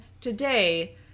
today